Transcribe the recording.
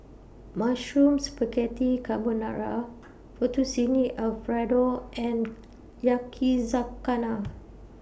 Mushroom Spaghetti Carbonara Fettuccine Alfredo and Yakizakana